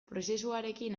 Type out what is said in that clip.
prozesuarekin